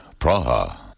Praha